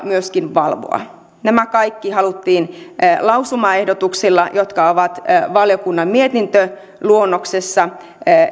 myöskin valvoa nämä kaikki haluttiin taata lausumaehdotuksilla jotka ovat valiokunnan mietintöluonnoksessa